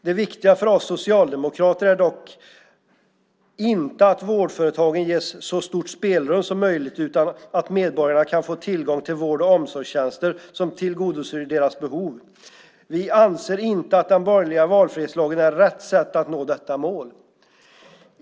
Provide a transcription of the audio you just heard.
Det viktiga för oss socialdemokrater är dock inte att vårdföretagen ges så stort spelrum som möjligt, utan att medborgarna kan få tillgång till vård och omsorgstjänster som tillgodoser deras behov. Vi anser inte att den borgerliga valfrihetslagen är rätt sätt att nå detta mål.